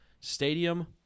Stadium